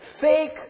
fake